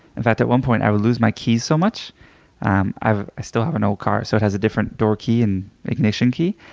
in fact, at one point i would lose my keys so much um i still have an old car so it has a different door key and ignition key.